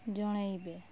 ଜଣାଇବେ